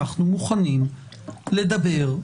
אנחנו מוכנים לדבר,